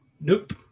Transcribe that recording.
Nope